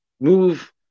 move